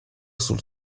sul